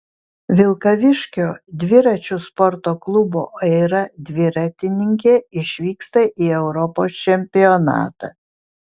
vilkaviškio dviračių sporto klubo aira dviratininkė išvyksta į europos čempionatą